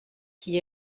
qui